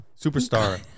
Superstar